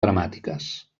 dramàtiques